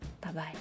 Bye-bye